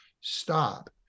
stop